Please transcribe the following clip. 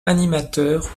animateur